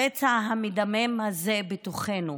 הפצע המדמם הזה בתוכנו,